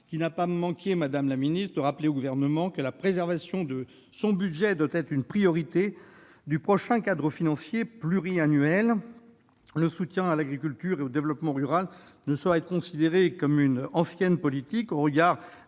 qui n'a pas manqué, madame la secrétaire d'État, de rappeler au Gouvernement que la préservation du budget de la PAC doit être une priorité du prochain cadre financier pluriannuel. Le soutien à l'agriculture et au développement rural ne saurait être considéré comme une « ancienne politique », au regard